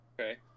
Okay